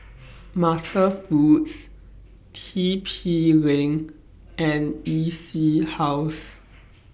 MasterFoods T P LINK and E C House